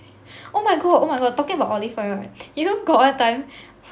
oh my god oh my god talking about olive oil right you know got one time